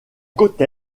côte